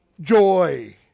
joy